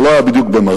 זה לא היה בדיוק במרתף,